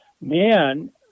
man